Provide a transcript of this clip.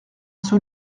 ceux